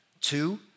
Two